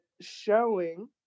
showing